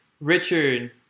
Richard